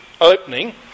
opening